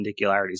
perpendicularities